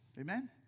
Amen